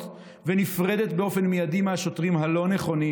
ונפרדת באופן מיידי מהשוטרים הלא-נכונים.